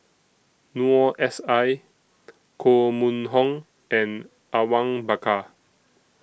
Noor S I Koh Mun Hong and Awang Bakar